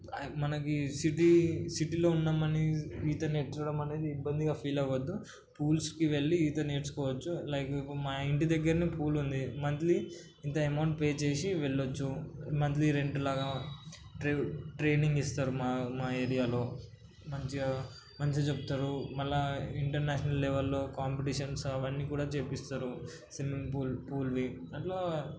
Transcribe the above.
మనకి సిటీ సిటీలో ఉన్నామని ఈత నేర్చుకోవడం అనేది ఇబ్బందిగా ఫీల్ అవ్వద్దు పూల్స్కి వెళ్ళి ఈత నేర్చుకోవచ్చు లైక్ మా ఇంటి దగ్గరనే పూల్ ఉంది మంత్లీ ఇంత అమౌంట్ పే చేసి వెళ్ళవచ్చు మంత్లీ రెంట్లాగా ట్రైనింగ్ ఇస్తారు మా ఏరియాలో మంచిగా మంచిగా చెప్తారు మళ్ళీ ఇంటర్నేషనల్ లెవెల్లో కాంపిటీషన్స్ అవన్నీ కూడా చేయిస్తారు స్విమ్మింగ్ పూల్ పూల్వి అట్లా